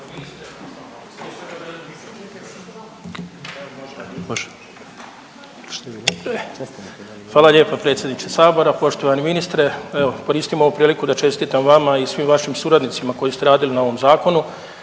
Hvala lijepa predsjedniče Sabora, poštovani ministre. Evo koristim ovu priliku da čestitam vama i svim vašim suradnicima koji ste radili na ovom zakonu.